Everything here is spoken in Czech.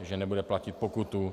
Že nebude platit pokutu.